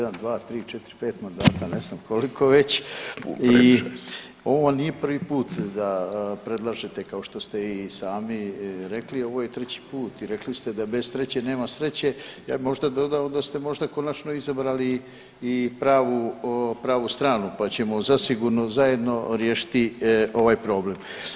Jedan, dva, tri, četiri, pet mandata, ne znam koliko već, i ovo nije prvi put da predlažete kao što ste i sami rekli, ovo je treći put i rekli ste da bez treće nema sreće, ja bi možda dodao da ste možda konačno izabrali i pravu stranu, pa ćemo zasigurno zajedno riješiti ovaj problem.